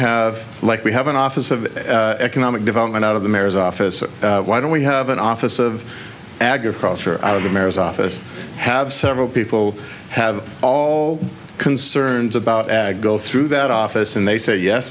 have like we have an office of economic development out of the mayor's office why don't we have an office of agriculture out of america office have several people have all concerns about ag go through that office and they say yes